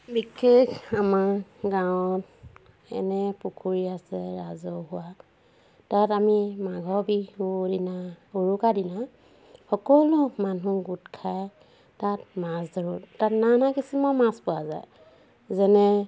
বিশেষ আমাৰ গাঁৱত এনে পুখুৰী আছে ৰাজহুৱা তাত আমি মাঘৰ বিহুৰ দিনা উৰুকা দিনা সকলো মানুহ গোট খাই তাত মাছ ধৰোঁ তাত নানা কিচিমৰ মাছ পোৱা যায় যেনে